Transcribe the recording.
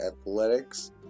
athletics